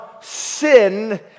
sin